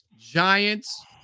Giants